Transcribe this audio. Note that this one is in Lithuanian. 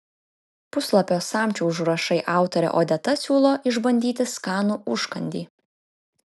puslapio samčio užrašai autorė odeta siūlo išbandyti skanų užkandį